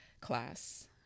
class